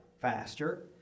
faster